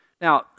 Now